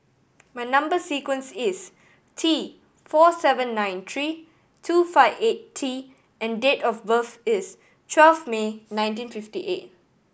my number sequence is T four seven nine three two five eight T and date of birth is twelve May nineteen fifty eight